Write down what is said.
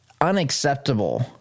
unacceptable